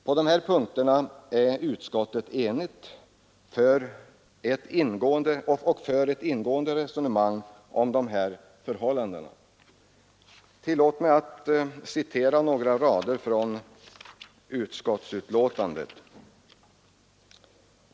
På denna punkt är utskottet enigt och för ett ingående resonemang om dessa förhållanden. Tillåt mig citera några rader ur utskottsbetänkandet.